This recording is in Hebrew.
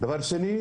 שנית,